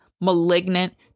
malignant